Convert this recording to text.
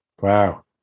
Wow